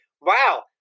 wow